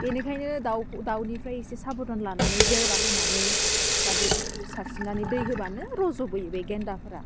बेनिखायनो दाउ दाउनिफ्राय एसे साबदान लानानै जेवरा होनानै बा बेफोरखौ सारस्रिनानै दै होबानो रज'बोयो बे गेन्दाफ्रा